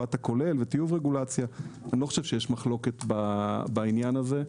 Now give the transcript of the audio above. המבט הכולל וטיוב רגולציה אני לא חושב שיש מחלוקת בעניין הזה.